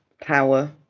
power